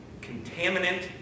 contaminant